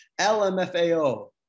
LMFAO